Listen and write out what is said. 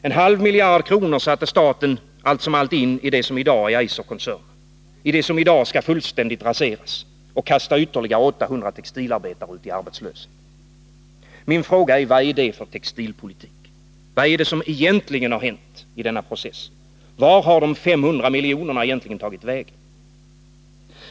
En halv miljard kronor satte staten allt som allt in i det som i dag är Eiserkoncernen, i det som i dag skall fullständigt raseras, varigenom ytterligare 800 textilarbetare kastas ut i arbetslöshet. Min fråga är: Vad är det för textilpolitik? Vad är det som egentligen har hänt i denna process? Vart har de 500 miljonerna tagit vägen?